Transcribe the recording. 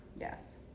Yes